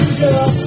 girl